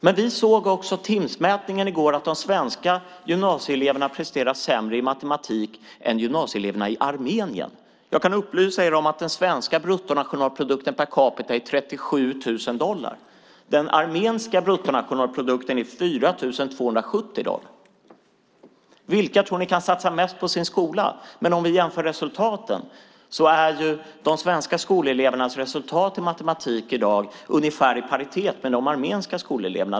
Men vi såg också Timssmätningen i går. De svenska gymnasieeleverna presterar sämre i matematik än gymnasieeleverna i Armenien. Jag kan upplysa er om att den svenska bruttonationalprodukten per capita är 37 000 dollar. Den armeniska bruttonationalprodukten är 4 270 dollar. Vilka tror ni kan satsa mest på sin skola? Men om vi jämför resultaten är de svenska skolelevernas resultat i matematik i dag ungefär i paritet med de armeniska skolelevernas.